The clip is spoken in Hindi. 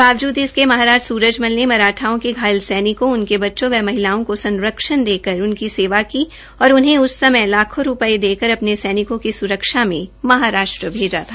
बाबजूद इसके महाराजा सुरजमल ने मराठाओं के घायल सैनिकों उनके बच्चों व महिलाओं को संरक्षण देकर उनकी सेवा की और उन्हें उस समय लाखों रूपये देकर अपने सैनिकों की सुरक्षा में महाराष्ट्र भेजा था